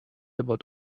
about